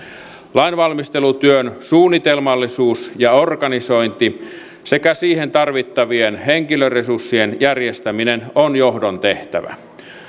lainvalmistelutyön suunnitelmallisuus ja organisointi sekä siihen tarvittavien henkilöresurssien järjestäminen on johdon tehtävä